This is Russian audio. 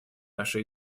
наша